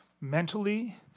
mentally